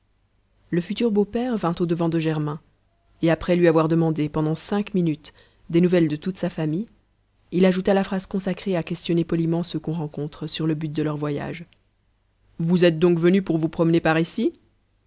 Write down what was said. le futur beau-père vint au-devant de germain et après lui avoir demandé pendant cinq minutes des nouvelles de toute sa famille il ajouta la phrase consacrée à questionner poliment ceux qu'on rencontre sur le but de leur voyage vous êtes donc venu pour vous promener par ici